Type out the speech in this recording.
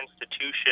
institution